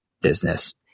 business